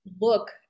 look